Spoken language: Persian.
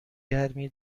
گرمی